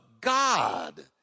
God